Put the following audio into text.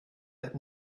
that